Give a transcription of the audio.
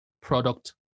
product